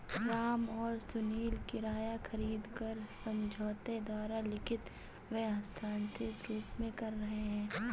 राम और सुनील किराया खरीद को समझौते द्वारा लिखित व हस्ताक्षरित रूप में कर रहे हैं